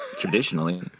traditionally